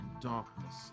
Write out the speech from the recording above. darkness